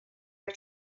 are